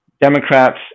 Democrats